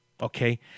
okay